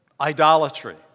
idolatry